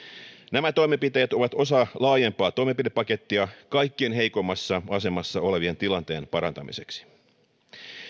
nämä toimenpiteet ovat osa laajempaa toimenpidepakettia kaikkein heikoimmassa asemassa olevien tilanteen parantamiseksi